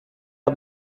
hat